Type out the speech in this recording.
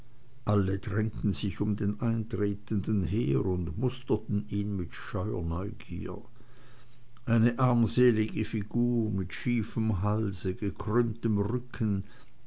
alle drängten sich um den eintretenden her und musterten ihn mit scheuer neugier eine armselige figur mit schiefem halse gekrümmtem rücken